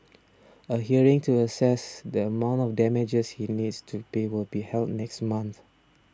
a hearing to assess the amount of damages he needs to pay will be held next month